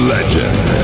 Legend